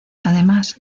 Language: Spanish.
además